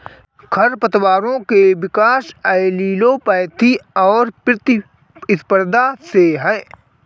खरपतवारों के विकास एलीलोपैथी और प्रतिस्पर्धा से है